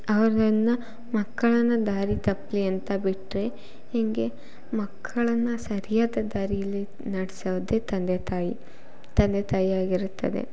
ಅವರನ್ನ ಮಕ್ಕಳನ್ನು ದಾರಿ ತಪ್ಪಲಿ ಅಂತ ಬಿಟ್ಟರೆ ಹಿಂಗೆ ಮಕ್ಕಳನ್ನು ಸರಿಯಾದ ದಾರಿಯಲ್ಲಿ ನಡೆಸೋದೆ ತಂದೆ ತಾಯಿ ತಂದೆ ತಾಯಿಯಾಗಿರುತ್ತದೆ